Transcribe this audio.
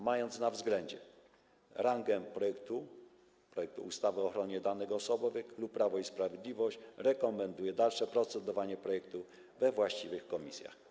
Mając na względzie rangę projektu ustawy o ochronie danych osobowych, klub Prawo i Sprawiedliwość rekomenduje dalsze procedowanie nad tym projektem we właściwych komisjach.